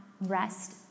rest